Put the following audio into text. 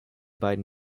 beiden